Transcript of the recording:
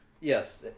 Yes